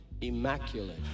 immaculate